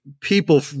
people